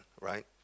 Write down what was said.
right